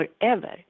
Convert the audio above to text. forever